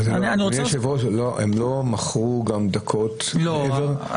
אדוני היושב-ראש, הם לא מכרו גם דקות --- לא.